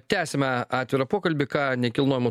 tęsiame atvirą pokalbį ką nekilnojamo